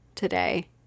today